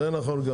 זה נכון.